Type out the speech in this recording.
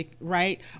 right